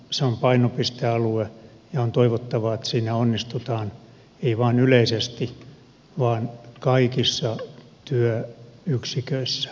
se on painopistealue ja on toivottavaa että siinä onnistutaan ei vain yleisesti vaan kaikissa työyksiköissä